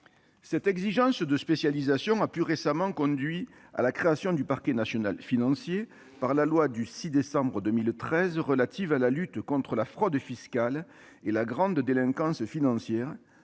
Cette exigence de spécialisation a plus récemment conduit à la création du parquet national financier par la loi du 6 décembre 2013 relative à la lutte contre la fraude fiscale et la grande délinquance économique